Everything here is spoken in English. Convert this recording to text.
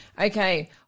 Okay